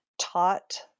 taught